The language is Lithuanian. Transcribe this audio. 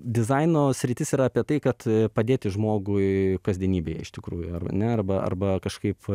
dizaino sritis yra apie tai kad padėti žmogui kasdienybėje iš tikrųjų ar ne arba arba kažkaip